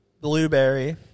blueberry